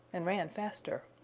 and ran faster.